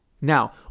Now